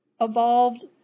evolved